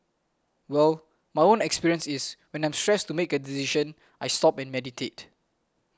well my own experience is when I'm stressed to make a decision I stop and meditate